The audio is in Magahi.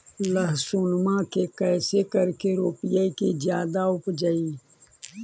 लहसूनमा के कैसे करके रोपीय की जादा उपजई?